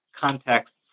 context